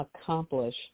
accomplish